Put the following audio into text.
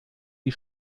die